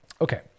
Okay